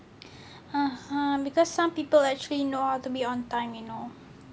(uh huh) because some people actually know how to be on time you know